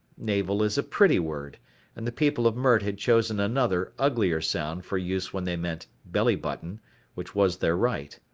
navel is a pretty word and the people of mert had chosen another, uglier sound for use when they meant belly button which was their right.